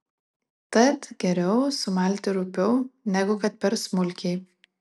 tad geriau sumalti rupiau negu kad per smulkiai